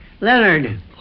Leonard